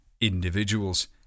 Individuals